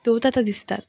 त्योच आतां दिसतात